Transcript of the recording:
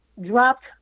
dropped